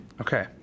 Okay